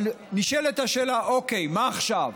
אבל נשאלת השאלה: אוקיי, מה עכשיו?